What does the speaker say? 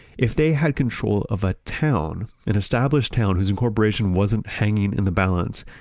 if they had control of a town, an established town whose incorporation wasn't hanging in the balance,